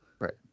Right